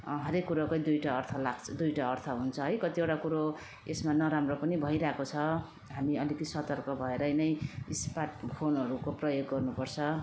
हरेक कुरोकै दुईवटा अर्थ लाग्छ दुईवटा अर्थ हुन्छ है कतिवटा कुरो यसमा नराम्रो पनि भइरहेको छ हामी अलिकति सतर्क भएर नै स्मार्ट फोनहरूको प्रयोग गर्नुपर्छ